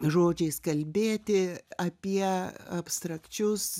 žodžiais kalbėti apie abstrakčius